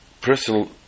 Personal